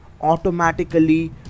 Automatically